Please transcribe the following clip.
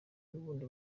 bundi